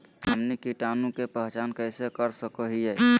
हमनी कीटाणु के पहचान कइसे कर सको हीयइ?